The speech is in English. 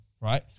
right